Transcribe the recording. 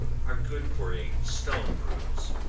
are good for a stone-bruise.